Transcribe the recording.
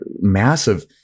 massive